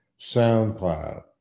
SoundCloud